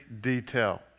detail